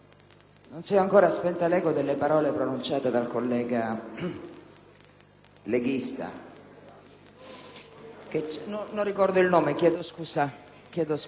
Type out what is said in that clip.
non ricordo il nome, chiedo scusa